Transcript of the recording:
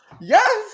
Yes